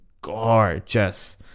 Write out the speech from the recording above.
gorgeous